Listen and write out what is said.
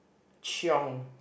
chiong